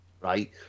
Right